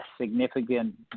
significant